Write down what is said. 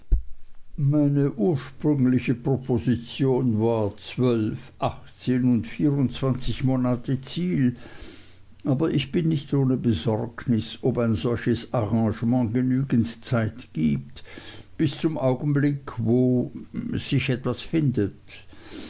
meine ursprüngliche proposition war zwölf achtzehn und vierundzwanzig monate ziel aber ich bin nicht ohne besorgnis ob ein solches arrangement genügend zeit gibt bis zum augenblick wo sich etwas findet